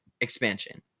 expansion